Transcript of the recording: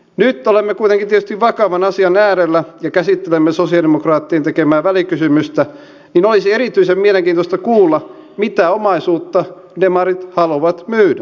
nyt kun olemme kuitenkin tietysti vakavan asian äärellä ja käsittelemme sosialidemokraattien tekemää välikysymystä niin olisi erityisen mielenkiintoista kuulla mitä omaisuutta demarit haluavat myydä